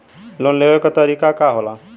Loan लेवे क तरीकाका होला?